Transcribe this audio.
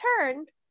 turned